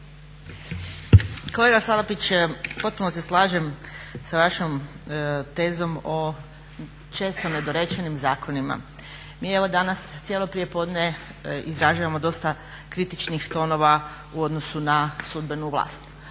Kolega Salapić, potpuno se slažem sa vašom tezom o često nedorečenim zakonima. Mi evo danas cijelo prijepodne izražavamo dosta kritičnih tonova u odnosu na sudbenu vlast,